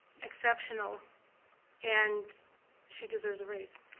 exceptional and she deserves a raise.